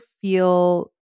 feel